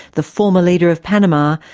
the former leader of panama,